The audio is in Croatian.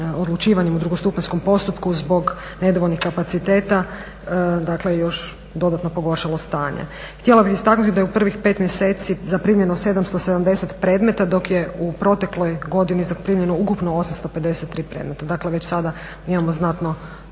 odlučivanjem u drugostupanjskom postupku zbog nedovoljnih kapaciteta, dakle još pogoršalo stanje. Htjela bih istaknuti da je u prvih 5 mjeseci zaprimljeno 770 predmeta, dok je u protekloj godini zaprimljeno ukupno 853 predmeta, dakle već sada imamo znatno